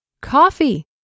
Coffee